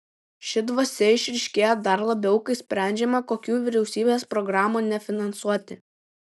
ši dvasia išryškėja dar labiau kai sprendžiama kokių vyriausybės programų nefinansuoti